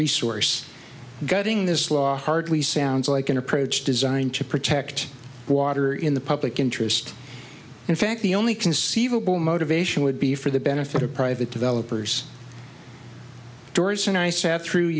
resource guarding this law hardly sounds like an approach designed to protect water in the public interest in fact the only conceivable motivation would be for the benefit of private developers doors and i sat through